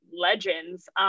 legends